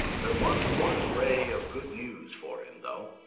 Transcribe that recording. there was one ray of good news for him though,